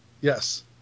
Yes